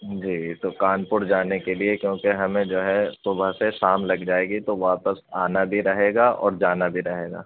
جی تو کانپور جانے کے لیے کیونکہ ہمیں جو ہے صبح سے شام لگ جائے گی تو واپس آنا بھی رہے گا اور جانا بھی رہے گا